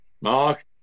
Mark